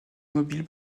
immobile